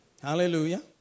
Hallelujah